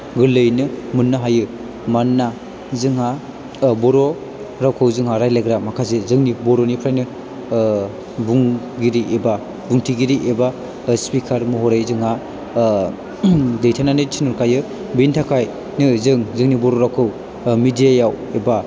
गोरलैयैनो मोन्नो हायो मानोना जोंहा बर' रावखौ जोंहा रायज्लायग्रा माखासे जोंनि बर'निफ्रायनो बुंगिरि एबा बुंथिगिरि एबा स्फिकार महरै जोंहा दैथायनानै थिनहरखायो बेनि थाखायनो जों जोंनि बर' रावखौ मिडियायाव एबा